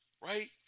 Right